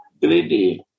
Greedy